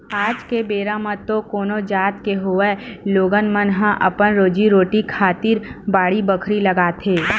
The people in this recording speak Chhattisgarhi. आज के बेरा म तो कोनो जात के होवय लोगन मन ह अपन रोजी रोटी खातिर बाड़ी बखरी लगाथे